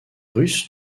russe